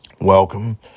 welcome